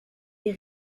des